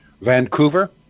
Vancouver